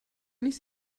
nicht